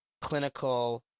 clinical